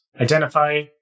Identify